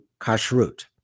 kashrut